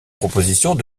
propositions